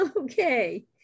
okay